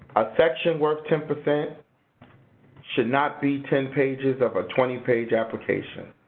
a section worth ten percent should not be ten pages of a twenty page application.